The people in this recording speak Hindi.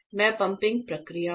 मैं पंपिंग प्रक्रिया हूं